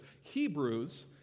Hebrews